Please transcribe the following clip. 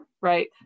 right